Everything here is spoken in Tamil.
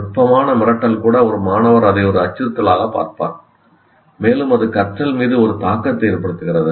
நுட்பமான மிரட்டல் கூட ஒரு மாணவர் அதை ஒரு அச்சுறுத்தலாகப் பார்ப்பார் மேலும் அது கற்றல் மீது ஒரு தாக்கத்தை ஏற்படுத்துகிறது